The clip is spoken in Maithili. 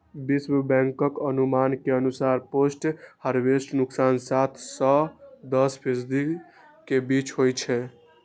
विश्व बैंकक अनुमान के अनुसार पोस्ट हार्वेस्ट नुकसान सात सं दस फीसदी के बीच होइ छै